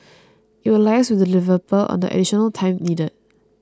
it will liaise with the developer on the additional time needed